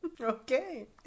Okay